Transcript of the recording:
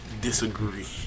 disagree